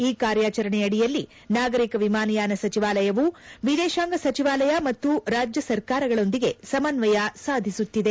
ಈ ಕಾರ್ಯಾಚರಣೆಯಡಿಯಲ್ಲಿ ನಾಗರಿಕ ವಿಮಾನಯಾನ ಸಚಿವಾಲಯವು ವಿದೇಶಾಂಗ ಸಚಿವಾಲಯ ಮತ್ತು ರಾಜ್ಯ ಸರ್ಕಾರಗಳೊಂದಿಗೆ ಸಮನ್ವಯ ಸಾಧಿಸುತ್ತಿದೆ